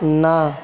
না